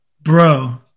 bro